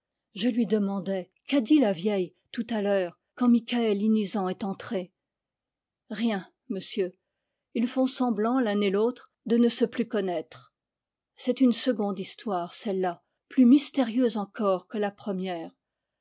je lui demandai qu'a dit la vieille tout à l'heure quand mikaël inizan est entré rien monsieur ils font semblant l'un et l'autre de ne se plus connaître c'est une seconde histoire celle-là plus mystérieuse encore que la première